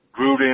Gruden